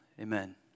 Amen